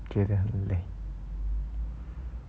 觉得很累